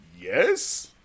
Yes